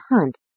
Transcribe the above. hunt